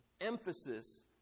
emphasis